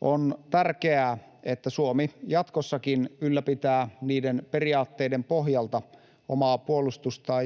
On tärkeää, että Suomi jatkossakin ylläpitää omaa puolustustaan niiden periaatteiden pohjalta,